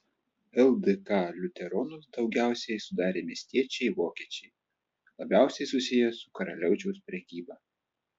ldk liuteronus daugiausiai sudarė miestiečiai vokiečiai labiausiai susiję su karaliaučiaus prekyba